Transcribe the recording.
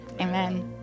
amen